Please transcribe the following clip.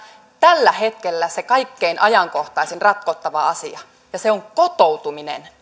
tällä hetkellä se kaikkein ajankohtaisin ratkottava asia se on kotoutuminen